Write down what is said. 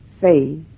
say